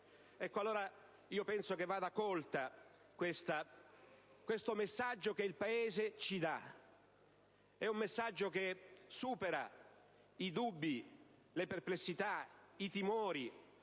Gruppo* *PD).* Penso che vada colto questo messaggio che il Paese ci dà: è un messaggio che supera i dubbi, le perplessità, i timori,